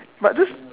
but this